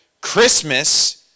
Christmas